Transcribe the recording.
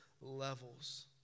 levels